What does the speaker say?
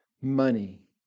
money